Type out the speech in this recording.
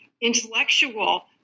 intellectual